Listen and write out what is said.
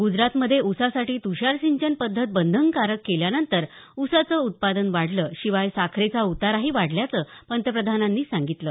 ग्रजरातमध्ये ऊसासाठी तुषारसिंचन पद्धत बंधनकारक केल्यानंतर ऊसाचं उत्पादन वाढलं शिवाय साखरेचा उताराही वाढल्याचं पंतप्रधानांनी सांगितलं